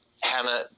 Hannah